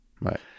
Right